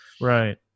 Right